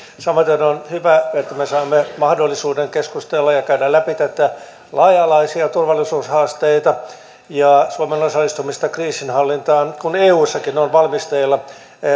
samaten on hyvä että me saimme mahdollisuuden keskustella ja käydä läpi näitä laaja alaisia turvallisuushaasteita ja suomen osallistumista kriisinhallintaan kun eussakin on valmisteilla